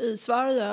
i Sverige.